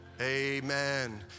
Amen